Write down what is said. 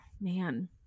man